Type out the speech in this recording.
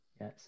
Yes